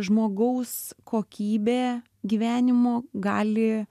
žmogaus kokybė gyvenimo gali